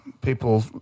people